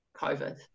COVID